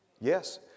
Yes